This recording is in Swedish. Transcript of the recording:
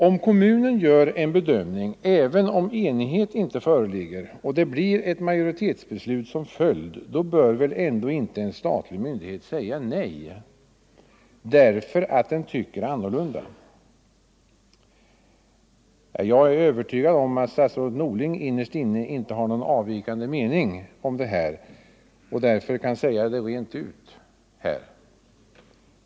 Om kommunen gör en bedömning och detta även i ett ärende där total enighet kanske inte föreligger men där det i alla fall blir ett majoritetsbeslut på kommunens sida, så bör väl en statlig myndighet inte sedan säga nej, om myndigheten i fråga skulle råka ha en annan uppfattning än kommunen. Jag är övertygad om att statsrådet Norling innerst inne inte har någon avvikande mening om detta, och han borde därför kunna säga det rent ut här.